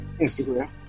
Instagram